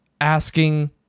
asking